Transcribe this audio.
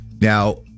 Now